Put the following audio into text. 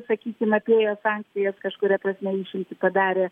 sakykim apėjo sankcijas kažkuria prasme išimtį padarė